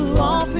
la.